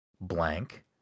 blank